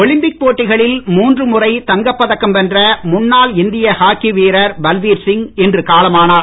Olympic போட்டிகளில் மூன்று முறை தங்கப் பதக்கம் வென்ற முன்னாள் இந்திய ஹாக்கி வீரர் பல்வீர் சிங் இன்று காலமானார்